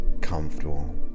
comfortable